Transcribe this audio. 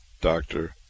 doctor